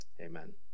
Amen